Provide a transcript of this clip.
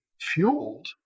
fueled